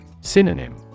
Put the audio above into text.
Synonym